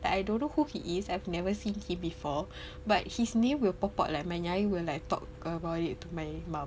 but I don't know who he is I've never seen him before but his name will pop out like my nyai will like talk about it to my mum